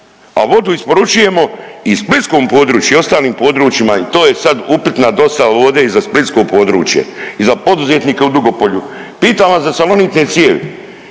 a vodu isporučujemo i splitskom području i ostalim područjima i to je sad upitna dostava vode i za splitsko područje i za poduzetnike u Dugopolju. Pitam vas za salonitne cijevi,